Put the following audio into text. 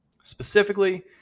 specifically